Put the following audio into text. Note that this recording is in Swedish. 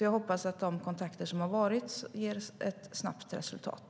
Jag hoppas att de kontakter som har varit ger ett snabbt resultat.